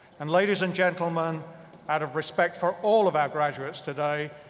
and ladies and gentleman out of respect for all of our graduates today,